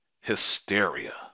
hysteria